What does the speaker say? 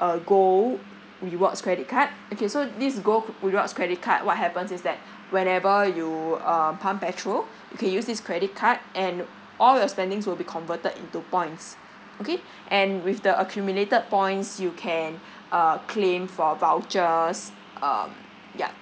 uh gold rewards credit card okay so this gold rewards credit card what happens is that whenever you um pump petrol you can use this credit card and all your spendings will be converted into points okay and with the accumulated points you can uh claim for vouchers um yup